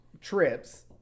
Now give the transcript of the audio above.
trips